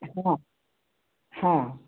हाँ हाँ